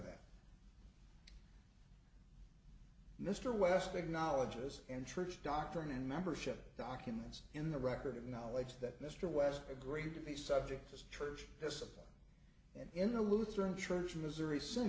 that mr west acknowledges in church doctrine and membership documents in the record of knowledge that mr west agreed to be subject to church discipline and in a lutheran church missouri s